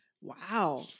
Wow